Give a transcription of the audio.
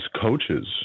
coaches